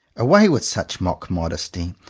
away with such mock-modesty!